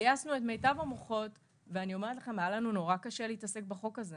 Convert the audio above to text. גייסנו את מיטב המוחות והיה לנו קשה מאוד להתעסק בחוק הזה.